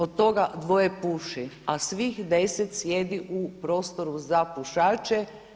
Od toga 2 puši, a svih 10 sjedi u prostoru za pušače.